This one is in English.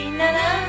na-na